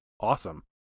awesome